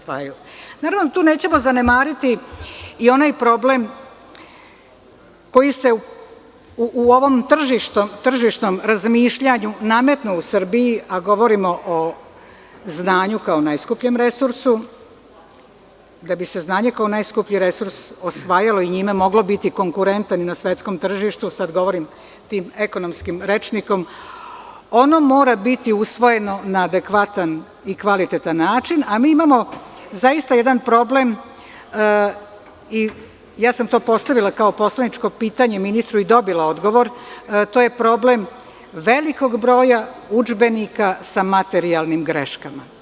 Tu nećemo zanemariti i onaj problem koji se u ovom tržišnom razmišljanju nametnuo u Srbiji, a govorimo o znanju kao najskupljem resursu, da bi se znanje kao najskuplji resurs osvajalo i njime moglo biti konkurentan na svetskom tržištu, sada govorim tim ekonomskim rečnikom, ono mora biti usvojeno na adekvatan način i kvalitetan način, a mi imamo zaista jedan problem i to sam postavila kao poslaničko pitanje ministru i dobila sam odgovor, a to je problem velikog broja udžbenika sa materijalnim greškama.